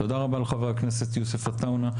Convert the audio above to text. תודה רבה לחבר הכנסת יוסף עטאונה.